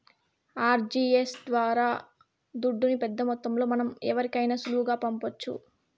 RTGS ద్వారా దుడ్డుని పెద్దమొత్తంలో మనం ఎవరికైనా సులువుగా పంపొచ్చు